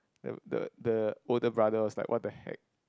the the the older brother was like what-the-heck